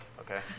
okay